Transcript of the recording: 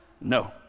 No